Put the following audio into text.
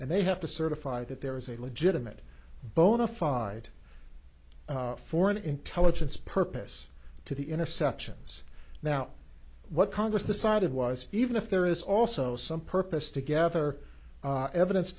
and they have to certify that there is a legitimate bona fide foreign intelligence purpose to the interceptions now what congress decided was even if there is also some purpose to gather evidence